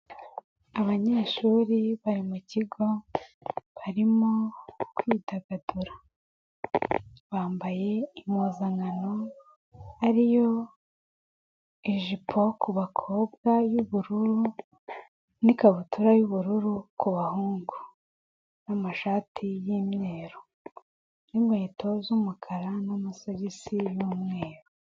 Abanyeshuri bari mu kigo barimo kwidagadura, bambaye impuzankano ariyo: ijipo ku bakobwa y'ubururu, n'ikabutura y'ubururu ku bahungu, n'amashati y'imyeru, n'inkweto z'umukara n'amasogisi y'umweru.